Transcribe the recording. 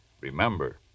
remember